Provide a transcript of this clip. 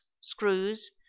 screws